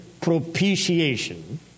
propitiation